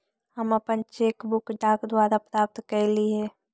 हम अपन cheque book डाक द्वारा प्राप्त कईली हे